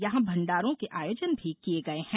यहां भण्डारों के आयोजन भी किये गये है